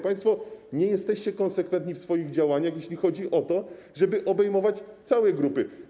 Państwo nie jesteście konsekwentni w swoich działaniach, jeśli chodzi o to, żeby obejmować całe grupy.